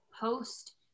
post